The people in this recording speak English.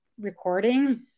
recording